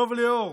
דב ליאור,